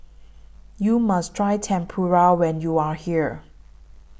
YOU must Try Tempura when YOU Are here